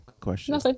Question